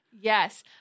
Yes